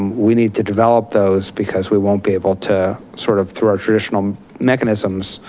we need to develop those because we won't be able to sort of through our traditional mechanisms,